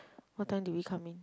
what time did we come in